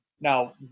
Now